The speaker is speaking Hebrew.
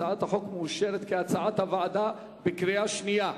הצעת החוק מאושרת כהצעת הוועדה בקריאה השנייה.